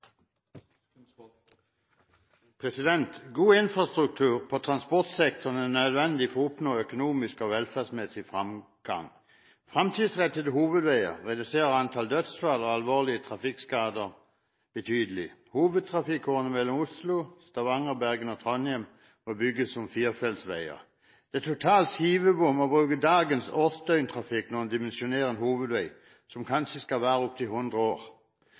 nødvendig for å oppnå økonomisk og velferdsmessig fremgang. Fremtidsrettede hovedveier reduserer antall dødsfall og alvorlige trafikkskader betydelig. Hovedtrafikkårene mellom Oslo, Stavanger, Bergen og Trondheim må bygges som firefeltsveier. Det er total skivebom å bruke dagens årsdøgntrafikk når en dimensjonerer en hovedvei som kanskje skal vare i opptil 100 år.